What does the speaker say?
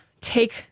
take